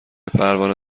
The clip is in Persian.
پروانه